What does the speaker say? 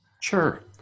Sure